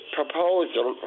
proposal